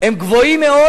הם גבוהים מאוד,